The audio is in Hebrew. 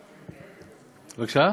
הבא.